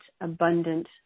abundant